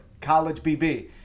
CollegeBB